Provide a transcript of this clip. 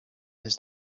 his